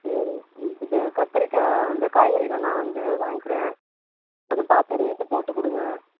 சரி ம் இது கத்திரிக்காய் அந்த காய்கறிலாம் நான் வந்து வாங்கிக்கிறேன் கொஞ்சம் பார்த்து ரேட்டு போட்டுக் கொடுங்க